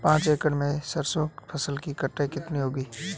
पांच एकड़ में सरसों की फसल की कटाई कितनी होगी?